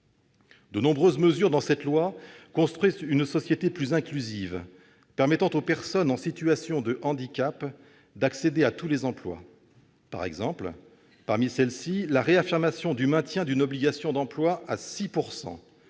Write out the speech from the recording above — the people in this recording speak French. De nombreuses mesures dans cette loi construisent une société plus inclusive permettant aux personnes en situation de handicap d'accéder à tous les emplois. Par exemple, parmi celles-ci, la réaffirmation du maintien d'une obligation d'emploi à 6